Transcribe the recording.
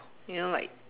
you know like